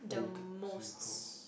old Singapore